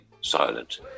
silent